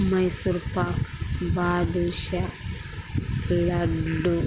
Mysore pak badusha laddu